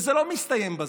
וזה לא מסתיים בזה.